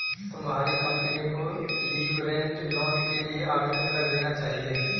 तुम्हारी कंपनी को leveraged loan के लिए आवेदन कर देना चाहिए